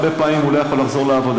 הרבה פעמים הוא לא יכול לחזור לעבודה,